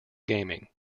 gaming